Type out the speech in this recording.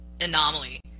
anomaly